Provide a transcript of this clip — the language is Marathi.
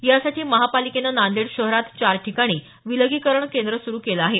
यासाठी महापालिकेनं नांदेड शहरात चार ठिकाणी विलगीकरण केंद्र सुरु केलं आहे